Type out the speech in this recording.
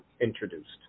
introduced